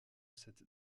cette